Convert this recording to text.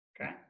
okay